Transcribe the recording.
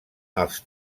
als